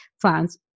plans